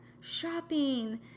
Shopping